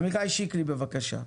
עמיחי שיקלי, בבקשה.